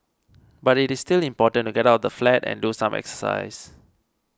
but it is still important to get out of the flat and do some exercise